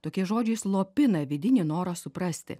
tokie žodžiai slopina vidinį norą suprasti